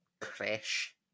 crash